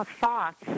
thoughts